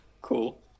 cool